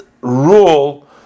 rule